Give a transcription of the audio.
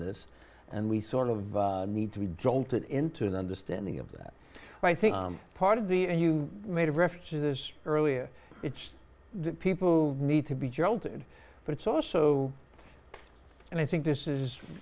this and we sort of need to be don't get into an understanding of that right i think part of the and you made reference to this earlier it's that people need to be jolted but it's also and i think this is